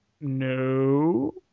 no